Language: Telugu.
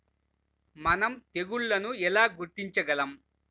మనం తెగుళ్లను ఎలా గుర్తించగలం?